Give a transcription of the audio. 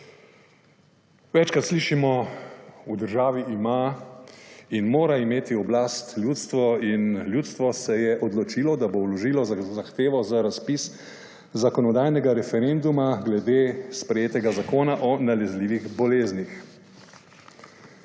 Večkrat slišimo, v državi ima in mora imeti oblast ljudstvo in ljudstvo se je odločilo, da bo vložilo zahtevo za razpis zakonodajnega referenduma glede sprejetega Zakona o nalezljivih boleznih.